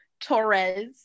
Torres